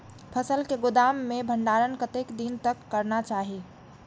फसल के गोदाम में भंडारण कतेक दिन तक करना चाही?